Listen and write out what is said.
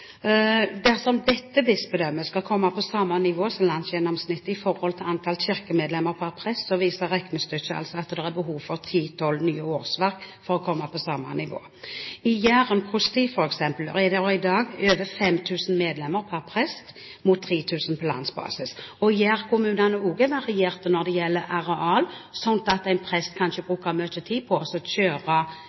Dersom dette bispedømmet skal komme på samme nivå som landsgjennomsnittet i forhold til antall kirkemedlemmer per prest, viser regnestykket at det er behov for ti–tolv nye årsverk. I f.eks. Jæren prosti er det i dag over 5 000 medlemmer per prest, mot 3 000 på landsbasis. Jærkommunene varierer også når det gjelder areal. En prest bruker kanskje – på grunn av store avstander – mye tid på å